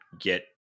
get